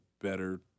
better